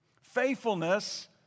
Faithfulness